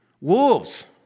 Wolves